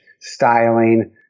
styling